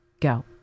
Go